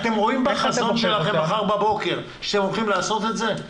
אתם רואים בחזון שלכם מחר בבוקר שאתם הולכים לעשות את זה?